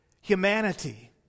humanity